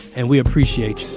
and we appreciate